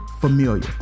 familiar